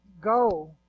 go